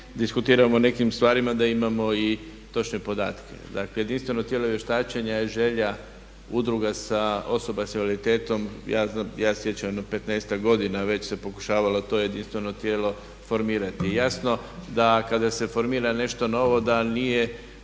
nekim stvarima da imamo i točne podatke. Dakle, jedinstveno tijelo vještačenja je želja udruga osoba sa invaliditetom, ja se sjećam jedno 15-ak godina već se pokušavalo to jedinstveno tijelo formirati. Jasno da kada se formira nešto novo da nije,